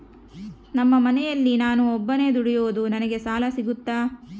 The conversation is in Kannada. ನಮ್ಮ ಮನೆಯಲ್ಲಿ ನಾನು ಒಬ್ಬನೇ ದುಡಿಯೋದು ನನಗೆ ಸಾಲ ಸಿಗುತ್ತಾ?